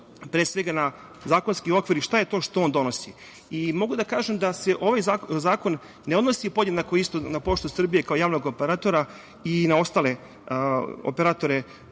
pre svega na zakonski okvir i šta je to što on donosi. Mogu da kažem da se ovaj zakon ne odnosi podjednako na „Poštu Srbije“ kao javnog operatora i na ostale operatore